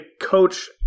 coach